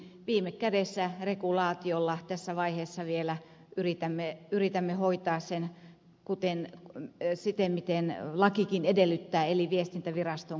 viime kädessä regulaatiolla tässä vaiheessa vielä yritämme hoitaa sen siten kuin lakikin edellyttää eli viestintäviraston kautta